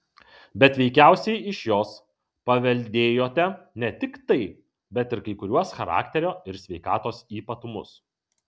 bet veikiausiai iš jos paveldėjote ne tik tai bet ir kai kuriuos charakterio ir sveikatos ypatumus